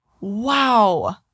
Wow